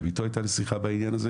גם איתו הייתה לי שיחה בנושא.